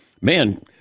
man